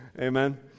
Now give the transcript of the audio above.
Amen